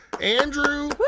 Andrew